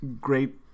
great